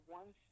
one